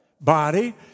body